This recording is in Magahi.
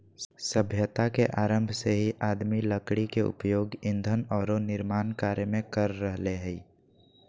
सभ्यता के आरंभ से ही आदमी लकड़ी के उपयोग ईंधन आरो निर्माण कार्य में कर रहले हें